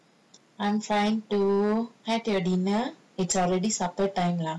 I'm trying to have the dinner it's already supper time lah